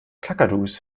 kakadus